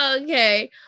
okay